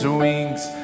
wings